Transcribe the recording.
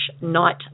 Night